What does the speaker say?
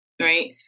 Right